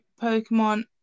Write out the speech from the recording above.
Pokemon